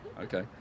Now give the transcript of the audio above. okay